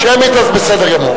שמית, אז בסדר גמור.